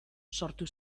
sortu